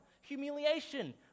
humiliation